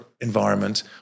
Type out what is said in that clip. environment